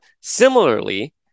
Similarly